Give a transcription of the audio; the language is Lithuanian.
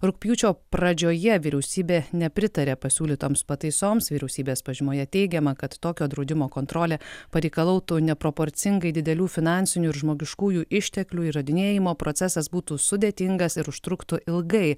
rugpjūčio pradžioje vyriausybė nepritarė pasiūlytoms pataisoms vyriausybės pažymoje teigiama kad tokio draudimo kontrolė pareikalautų neproporcingai didelių finansinių ir žmogiškųjų išteklių įrodinėjimo procesas būtų sudėtingas ir užtruktų ilgai